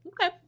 Okay